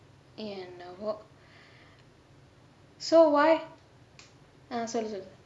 ya so why ah சொல்லு சொல்லு:sollu sollu